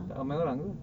tak ramai orang ke